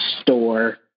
store